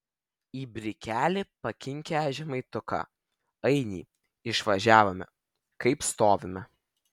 į brikelę pakinkę žemaituką ainį išvažiavome kaip stovime